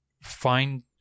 find